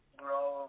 grow